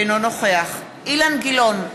אינו נוכח אילן גילאון,